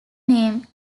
name